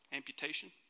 Amputation